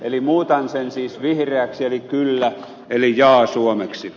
eli muutan sen siis vihreäksi eli kyllä eli jaa suomeksi